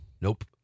Nope